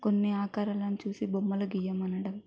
కొన్ని ఆకారాలను చూసి బొమ్మలు గీయమనడం